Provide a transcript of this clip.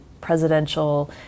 presidential